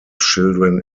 children